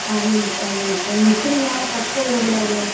അതെ മിസ്സേ അതെ മിസ്സേ മിസ്സിന് നാളെ ഫസ്റ്റ് അവർ എവിടെയാണ് ഉള്ളത്